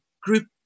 group